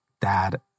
dad